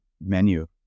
menu